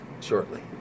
shortly